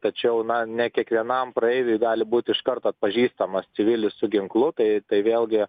tačiau na ne kiekvienam praeiviui gali būt iš karto atpažįstamas civilis su ginklu tai tai vėlgi